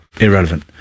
Irrelevant